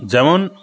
যেমন